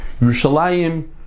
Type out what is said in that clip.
Yerushalayim